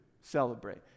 celebrate